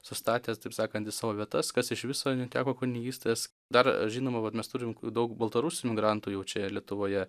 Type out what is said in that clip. sustatė taip sakant į savo vietas kas iš viso neteko kunigystės dar žinoma vat mes turim daug baltarusių migrantų jau čia lietuvoje